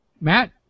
Matt